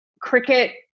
cricket